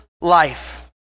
life